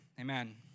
Amen